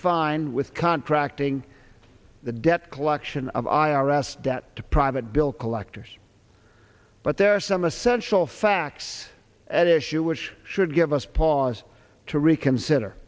fine with contracting the debt collection of i r s debt to private bill collectors but there are some essential facts at issue which should give us pause to reconsider